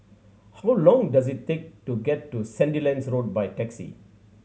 how long does it take to get to Sandilands Road by taxi